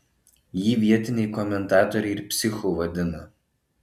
jį vietiniai komentatoriai ir psichu vadina